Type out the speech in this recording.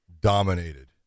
dominated